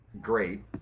great